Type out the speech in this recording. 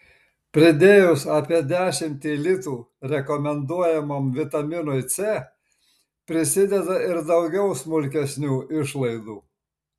pridėjus apie dešimtį litų rekomenduojamam vitaminui c prisideda ir daugiau smulkesnių išlaidų